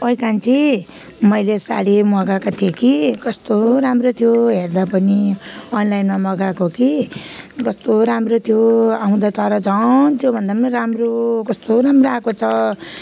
ओइ कान्छी मैले साडी मगाएको थिएँ कि कस्तो राम्रो थियो हेर्दा पनि अनलाइनमा मगाएको कि कस्तो राम्रो थियो आउँदा तर झन् त्यो भन्दा राम्रो कस्तो राम्रो आएको छ